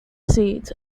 seat